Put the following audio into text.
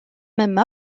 même